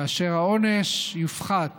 והעונש יופחת